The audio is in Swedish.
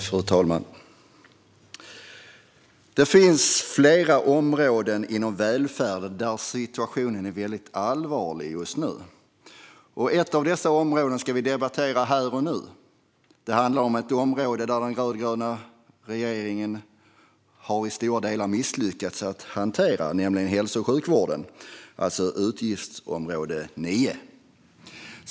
Fru talman! Det finns flera områden inom välfärden där situationen är väldigt allvarlig just nu. Ett av dessa områden ska vi debattera här och nu. Det är ett område som den rödgröna regeringen i stora delar har misslyckats med att hantera, nämligen hälso och sjukvården, alltså utgiftsområde 9.